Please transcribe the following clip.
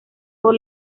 por